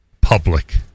public